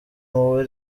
muri